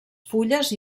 fulles